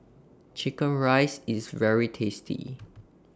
Chicken Rice IS very tasty